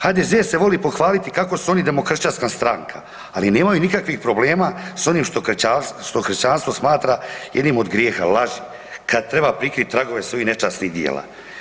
HDZ se vole pohvaliti kako su oni demokršćanska stranka, ali nemaju nikakvih problema s onim što kršćanstvo smatra jednim od grijeha, laži kad treba prikriti tragove svojih nečasnih djela.